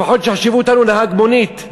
לפחות שיחשיבו אותנו נהג מונית.